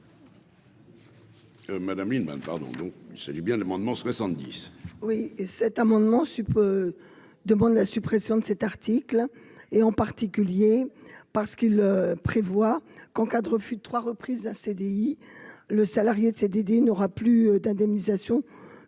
Madame Lienemann, pardon, donc ça allait bien, l'amendement 70. Oui, et cet amendement si peu demande la suppression de cet article et en particulier parce qu'il prévoit qu'en cas de refus de trois reprises un CDI, le salarié de CDD n'aura plus d'indemnisation